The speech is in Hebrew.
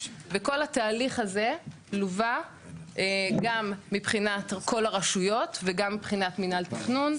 וכל התהליך הזה לווה גם מבחינת כל הרשויות וגם מבחינת מינהל תכנון,